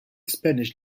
spanish